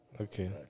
Okay